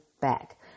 back